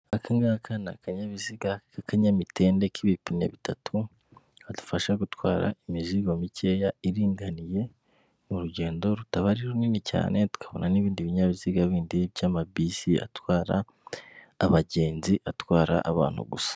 Akangaka ni akanyabiziga k'akanyamitende k'ibiziga bitatu kadufasha gutwara imizigo mikeya iringaniye mu rugendo rutaba ari runini cyane, tukabona n'ibindi binyabiziga bindi by'amabisi atwara abagenzi, atwara abantu gusa.